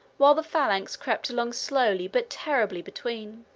while the phalanx crept along slowly but terribly between.